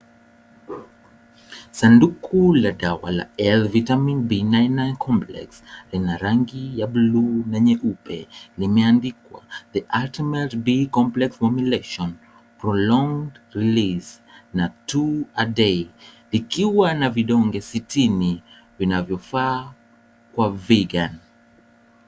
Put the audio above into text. Sanduku la dawa la L Vitamin B99 Complex ina rangi ya bluu na nyeupe na imeandikwa The ultimate B Complex Formulation Prolonged Relwase na To a Day likiwa na vidonge sitini vinavyofaa kwa Vegan